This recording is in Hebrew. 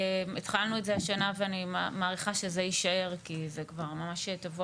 התחלנו את זה השנה ואני מעריכה שזה יישאר כי זה כבר ממש טבוע